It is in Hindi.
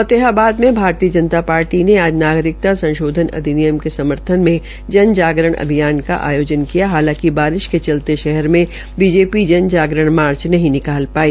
फतेहाबाद में भारतीय जनता पार्टी ने आज नागरिकता संशोधन अधिनियम के समर्थन में जन जागरण अभियान का आयोजन किया हालांकि बारिश के चलते शहर मे बीजेपी जन जागरण मार्च नहीं निकाल पाई